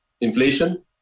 inflation